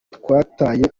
twatwaye